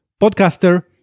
podcaster